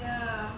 ya